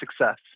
success